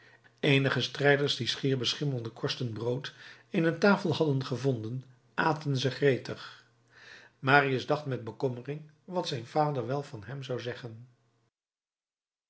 eenige strijders die schier beschimmelde korsten brood in een tafel hadden gevonden aten ze gretig marius dacht met bekommering wat zijn vader wel van hem zou zeggen